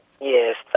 yes